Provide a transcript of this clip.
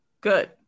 good